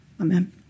Amen